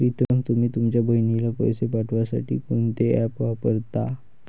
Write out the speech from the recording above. प्रीतम तुम्ही तुमच्या बहिणीला पैसे पाठवण्यासाठी कोणते ऍप वापरता?